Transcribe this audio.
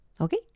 Okay